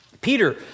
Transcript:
Peter